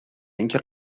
اینکه